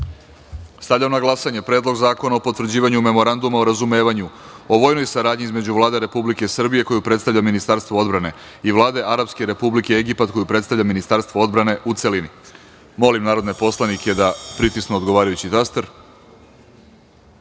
zakona. Stavljam na glasanje Predlog zakona o potvrđivanju Memoranduma o razumevanju o vojnoj saradnji između Vlade Republike Srbije koju predstavlja Ministarstvo odbrane i Vlade Arapske Republike Egipat koju predstavlja Ministarstvo odbrane, u celini. Molim narodne poslanike da pritisnu odgovarajući